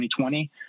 2020